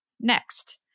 Next